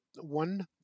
one